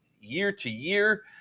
year-to-year